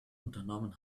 unternommen